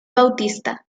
bautista